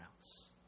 else